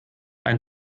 ein